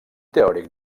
teòric